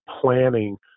planning